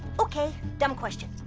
okay, dumb question.